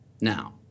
Now